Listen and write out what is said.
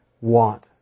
want